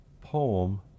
Poem